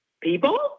people